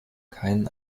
keinen